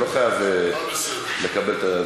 אני לא חייב לקבל אתה בסדר.